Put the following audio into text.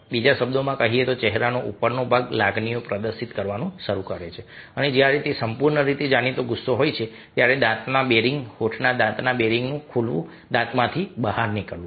બીજા શબ્દોમાં કહીએ તો ચહેરાનો ઉપરનો ભાગ લાગણીઓ પ્રદર્શિત કરવાનું શરૂ કરે છે અને જ્યારે તે સંપૂર્ણ રીતે જાણીતો ગુસ્સો હોય છે ત્યારે દાંતના બેરિંગ હોઠના દાંતના બેરિંગનું ખુલવું દાંતમાંથી બહાર નીકળવું